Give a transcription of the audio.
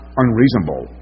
unreasonable